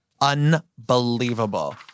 unbelievable